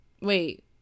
Wait